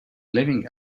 living